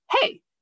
hey